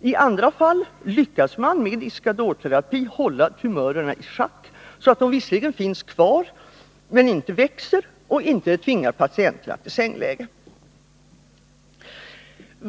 I andra fall lyckas man med Iscadorterapi hålla tumörerna i schack så att de visserligen finns kvar men inte växer och inte tvingar patienterna till sängläge.